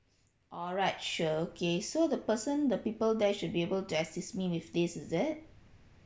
alright sure okay so the person the people there should be able to assist me with this is it